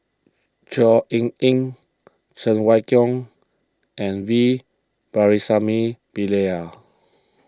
Chor Yeok Eng Cheng Wai Keung and V Pakirisamy Pillai